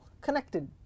connected